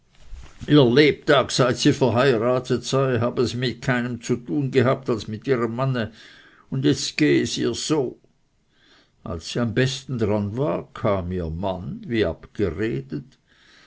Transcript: ihr lebtag seit sie verheuratet sei habe sie mit keinem zu tun gehabt als mit ihrem manne und jetzt gehe es ihr so als sie am besten daran war kam ihr mann wie abgeredet